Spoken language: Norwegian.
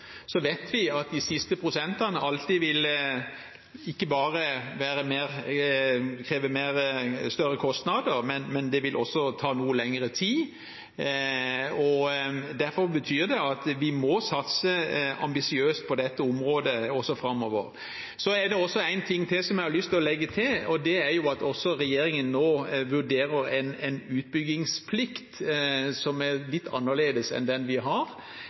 Så vet vi at de siste prosentene alltid ikke bare vil kreve større kostnader, men det vil også ta noe lengre tid. Derfor må vi må satse ambisiøst på dette området også framover. Så er det en ting til som jeg har lyst til å legge til, og det er at regjeringen nå også vurderer en utbyggingsplikt som er litt annerledes enn den vi har.